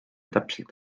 täpselt